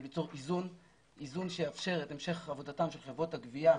היא ליצור איזון שיאפשר את המשך עבודתן של חברות הגבייה,